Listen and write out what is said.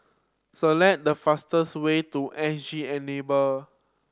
select the fastest way to S G Enable